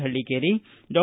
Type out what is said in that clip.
ಹಳ್ಳಕೇರಿ ಡಾ